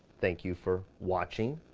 thank you for watching.